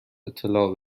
اطلاع